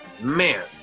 man